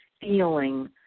feeling